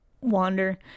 wander